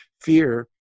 fear